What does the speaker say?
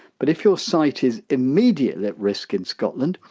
but if your sight is immediately at risk in scotland,